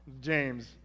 James